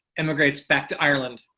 immigrates back to ireland.